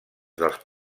dels